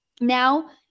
now